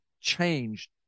changed